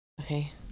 Okay